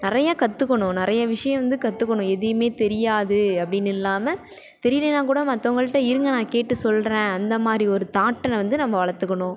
நிறையா கற்றுக்கணும் நிறைய விஷயம் வந்து கற்றுக்கணும் எதையுமே தெரியாது அப்படின்னு இல்லாமல் தெரியிலனா கூட மற்றவங்கள்ட இருங்கள் நான் கேட்டு சொல்கிறேன் அந்தமாதிரி ஒரு தாட்டை வந்து நம்ம வளர்த்துக்கணும்